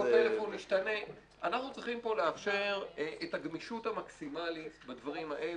אנחנו צריכים פה לאפשר את הגמישות המקסימלית בדברים האלה,